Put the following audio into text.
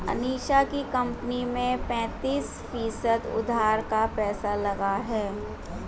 अनीशा की कंपनी में पैंतीस फीसद उधार का पैसा लगा है